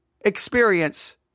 experience